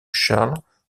charles